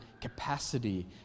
capacity